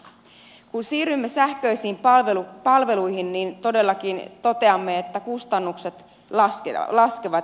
kun siirrymme sähköisiin palveluihin niin todellakin toteamme että kustannukset laskevat